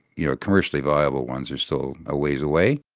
you know commercially viable ones are still a ways away.